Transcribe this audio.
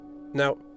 Now